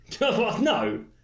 no